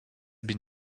been